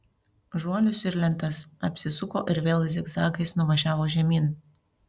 žuolius ir lentas apsisuko ir vėl zigzagais nuvažiavo žemyn